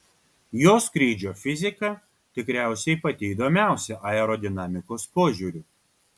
jo skrydžio fizika tikriausiai pati įdomiausia aerodinamikos požiūriu